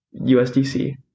usdc